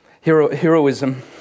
Heroism